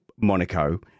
Monaco